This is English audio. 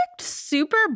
super